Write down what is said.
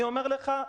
אני אומר לכם,